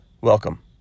Welcome